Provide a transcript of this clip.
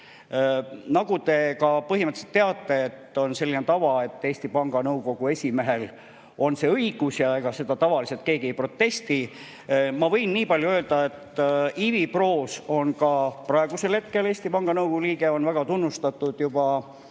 Nagu te põhimõtteliselt teate, on selline tava, et Eesti Panga Nõukogu esimehel on see õigus ja ega selle vastu tavaliselt keegi ei protesti. Ma võin nii palju öelda, et Ivi Proos on ka praegu Eesti Panga Nõukogu liige, ta on väga tunnustatud